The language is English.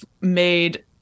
made